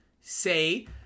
say